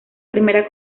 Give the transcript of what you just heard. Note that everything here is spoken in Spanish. primera